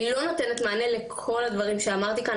היא לא נותנת מענה לכל הדברים שאמרתי כאן,